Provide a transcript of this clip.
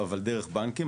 אבל דרך בנקים.